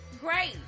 great